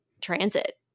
transit